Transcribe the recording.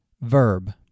Verb